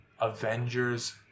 Avengers